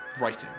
writing